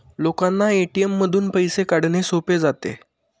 लोकांना ए.टी.एम मधून पैसे काढणे सोपे जाते